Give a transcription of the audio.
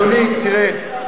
להקפיא, אדוני, תראה,